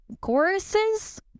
Choruses